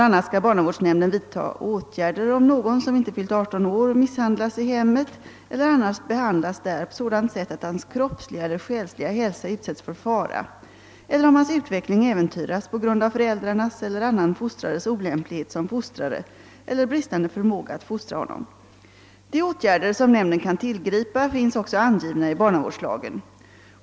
a. skall barnavårdsnämnden vidta åtgärder om någon, som inte fyllt 18 år, misshandlas i hemmet eller annars behandlas där på sådant sätt, att hans kroppsliga eller själsliga hälsa utsätts för fara, eller om hans utveckling äventyras på grund av föräldrarnas eller annan fostrares olämplighet som fostrare eller bristande förmåga att fostra honom. De åtgärder som nämnden kan tillgripa finns också angivna i barnavårdslagen.